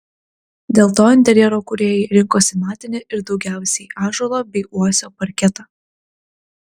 dėl to interjero kūrėjai rinkosi matinį ir daugiausiai ąžuolo bei uosio parketą